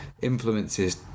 influences